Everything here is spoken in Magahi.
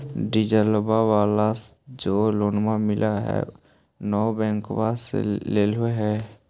डिजलवा वाला जे लोनवा मिल है नै बैंकवा से लेलहो हे?